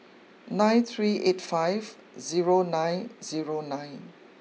nine three eight five zero nine zero nine